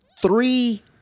Three